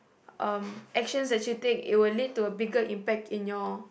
um actions that you'll take it will lead to a bigger impact in your